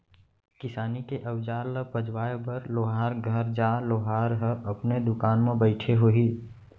किसानी के अउजार ल पजवाए बर लोहार घर जा, लोहार ह अपने दुकान म बइठे होही